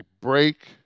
break